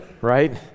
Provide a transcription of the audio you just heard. Right